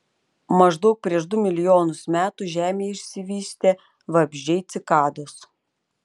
maždaug prieš du milijonus metų žemėje išsivystė vabzdžiai cikados